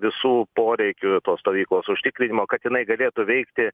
visų poreikių tos stovyklos užtikrinimo kad jinai galėtų veikti